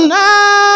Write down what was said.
now